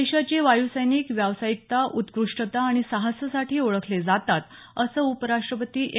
देशाचे वायू सैनिक व्यावसायिकता उत्कृष्टता आणि साहसासाठी ओळखले जातात असं उपराष्ट्रपती एम